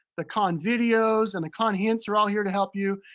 the khan videos and the khan hints are all here to help you.